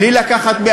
בלי לקחת,